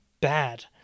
bad